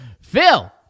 Phil